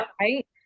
Right